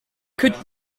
could